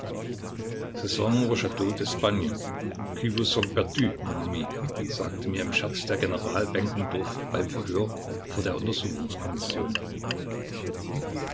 sagte mir im scherz der general benkendorf beim verhör vor der